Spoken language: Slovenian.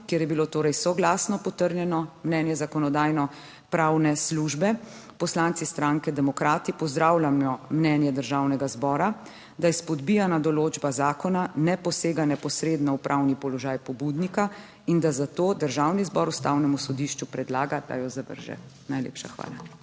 kjer je bilo torej soglasno potrjeno mnenje Zakonodajno-pravne službe. Poslanci cialke. Demokrati pozdravljamo mnenje Državnega zbora, da izpodbijana določba zakona ne posega neposredno v pravni položaj pobudnika in da zato Državni zbor Ustavnemu sodišču predlaga, da jo zavrže. Najlepša hvala.